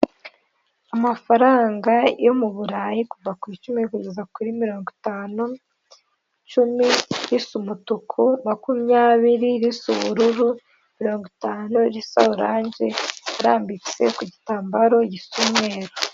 Amafaranga yo muburayi kuva ku icumi kgeza kuri mirongo itanu, icumi risa umutuku, makumyabiri risa ubururu, mirongo risa oranje, zirambitse ku gitambaro gisa umweru.